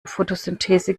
photosynthese